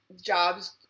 job's